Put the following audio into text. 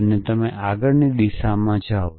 તમે આગળની દિશામાં જાઓ